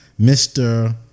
mr